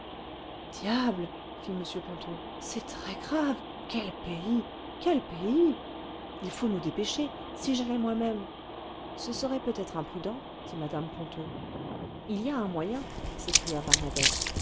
diable fit m ponto c'est très grave quel pays quel pays il faut nous dépêcher si j'allais moi-même ce serait peut-être imprudent dit mme ponto il y a un moyen s'écria